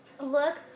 look